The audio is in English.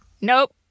Nope